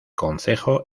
concejo